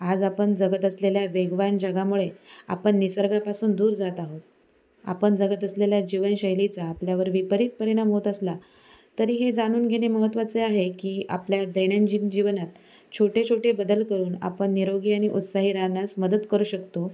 आज आपण जगत असलेल्या वेगवान जगामुळे आपण निसर्गापासून दूर जात आहोत आपण जगत असलेल्या जीवनशैलीचा आपल्यावर विपरीत परिणाम होत असला तरी हे जाणून घेणे महत्त्वाचे आहे की आपल्या दैनंदिन जीवनात छोटे छोटे बदल करून आपण निरोगी आणि उत्साही राहण्यास मदत करू शकतो